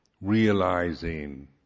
realizing